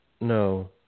No